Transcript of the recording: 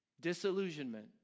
disillusionment